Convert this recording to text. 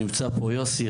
נמצא פה יוסי,